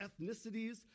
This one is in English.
ethnicities